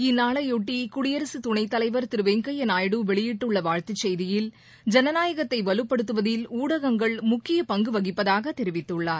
இந்நாளையொட்டி குடியரசு துணைத்தலைவர் திரு வெங்கையா நாயுடு வெளியிட்டுள்ள வாழ்த்துச் செய்தியில் ஜனநாயகத்தை வலுப்படுத்துவதில் ஊடகங்கள் முக்கிய பங்கு வகிப்பதாக தெரிவித்துள்ளார்